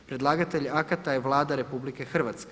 Predlagatelj akata je Vlada RH.